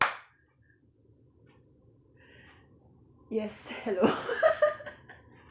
yes hello